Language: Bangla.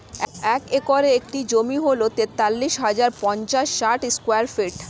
এক একরের একটি জমি হল তেতাল্লিশ হাজার পাঁচশ ষাট স্কয়ার ফিট